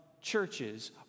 churches